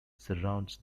surrounds